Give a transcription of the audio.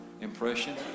impression